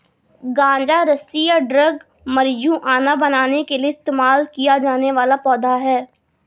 गांजा रस्सी या ड्रग मारिजुआना बनाने के लिए इस्तेमाल किया जाने वाला पौधा है